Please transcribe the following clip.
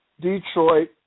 Detroit